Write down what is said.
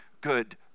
good